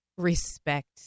respect